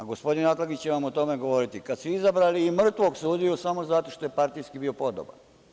Gospodin Atlagić će vam o tome govoriti, kada su izabrali i mrtvog sudiju samo zato što je partijski bio podoban.